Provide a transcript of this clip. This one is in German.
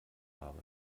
habe